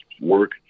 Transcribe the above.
work